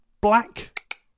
black